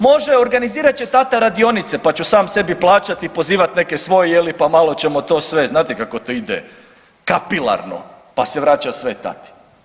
Može, organizirat će tata radionice pa ću sam sebi plaćati i pozivati neke svoje, je li, pa malo ćemo to sve, znate kako to ide, kapilarno pa se vraća sve tati.